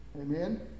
Amen